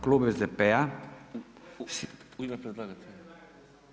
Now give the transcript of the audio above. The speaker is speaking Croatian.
Klub SDP-a [[Upadica: U ime predlagatelja.]] U ime predlagatelja.